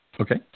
Okay